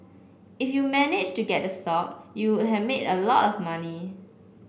if you managed to get the stock you have made a lot of money